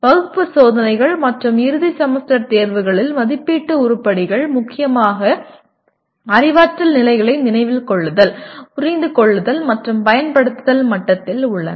வகுப்பு சோதனைகள் மற்றும் இறுதி செமஸ்டர் தேர்வுகளில் மதிப்பீட்டு உருப்படிகள் முக்கியமாக அறிவாற்றல் நிலைகளை நினைவில் கொள்ளுதல் புரிந்து கொள்ளுதல் மற்றும் பயன்படுத்துதல் மட்டத்தில் உள்ளன